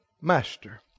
Master